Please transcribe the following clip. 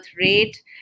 rate